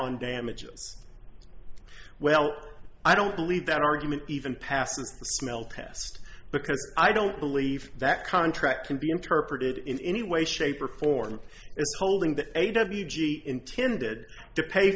on damages well i don't believe that argument even passes the smell test because i don't believe that contract can be interpreted in any way shape or form it's holding that a w g intended to pay